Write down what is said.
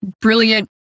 brilliant